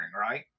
right